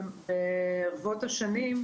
ברבות השנים,